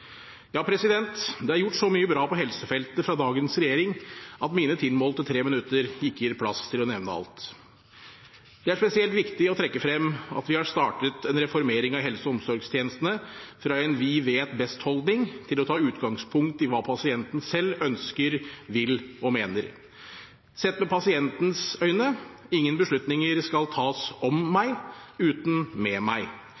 Ja, det er gjort så mye bra på helsefeltet fra dagens regjering at mine tilmålte tre minutter ikke gir plass til å nevne alt. Det er spesielt viktig å trekke frem at vi har startet en reformering av helse- og omsorgstjenestene fra en vi vet best-holdning til å ta utgangspunkt i hva pasienten selv ønsker, vil og mener. Sett med pasientens øyne – ingen beslutninger skal tas om meg uten med meg.